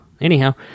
Anyhow